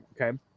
Okay